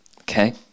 okay